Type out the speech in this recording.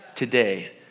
today